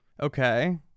Okay